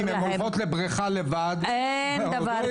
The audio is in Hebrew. אם הן הולכות לבריכה לבד --- אין דבר